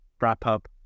wrap-up